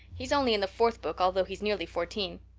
he's only in the fourth book although he's nearly fourteen.